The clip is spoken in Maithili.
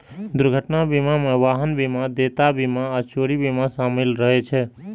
दुर्घटना बीमा मे वाहन बीमा, देयता बीमा आ चोरी बीमा शामिल रहै छै